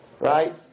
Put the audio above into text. right